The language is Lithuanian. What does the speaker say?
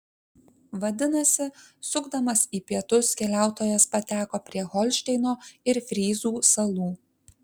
vadinasi sukdamas į pietus keliautojas pateko prie holšteino ir fryzų salų